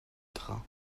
gras